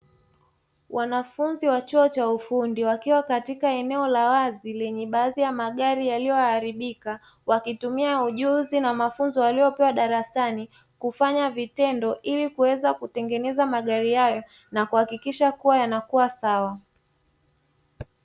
Wanafunzi wa chuo cha ufundi, wakiwa katika eneo la wazi lenye baadhi ya magari yaliyoharibika. Wakitumia ujuzi na mafunzo waliyopewa darasani kufanya vitendo, ili kuweza kutengeneza magari hayo na kuhakikisha kuwa yanakuwa sawa.